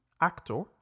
actor